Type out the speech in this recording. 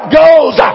goes